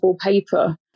paper